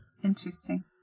interesting